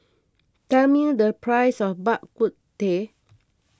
tell me the price of Bak Kut Teh